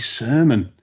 sermon